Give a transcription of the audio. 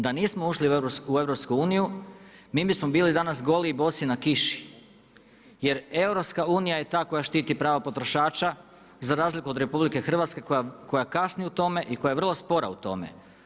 Da nismo ušli u EU mi bismo bili danas goli i bosi na kiši, jer EU je ta koja štiti prava potrošača za razliku od RH koja kasni u tome i koja je vrlo spora u tome.